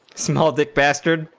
small that bastard